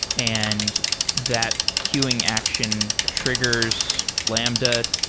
and that queuing action triggers lambda,